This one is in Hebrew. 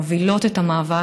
מובילות את המאבק,